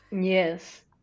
Yes